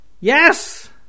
Yes